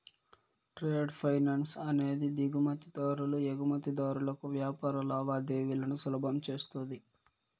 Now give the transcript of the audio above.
trade finance అనేది దిగుమతి దారులు ఎగుమతిదారులకు వ్యాపార లావాదేవీలను సులభం చేస్తది